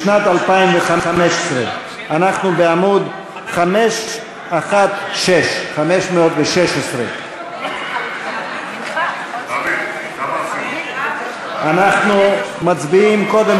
לשנת 2015. אנחנו בעמוד 516. אנחנו מצביעים קודם